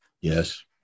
Yes